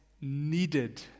needed